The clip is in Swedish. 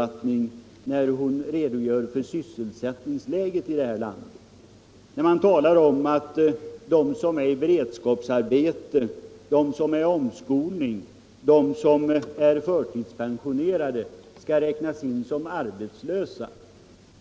uppfattning när hon redogjorde för sysselsättningsläget i landet och talade om att de som är i beredskapsarbete, de som är under omskolning och de som är förtidspensionerade skall räknas som arbetslösa.